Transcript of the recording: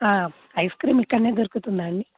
ice cream ఇక్కడ దొరుకుతుందా అండి